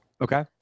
Okay